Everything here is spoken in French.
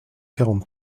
quarante